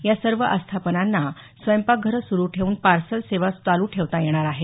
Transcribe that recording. या सर्व आस्थापनांना स्वयंपाकघरं सुरू ठेवून पार्सल सेवा चालू ठेवता येणार आहे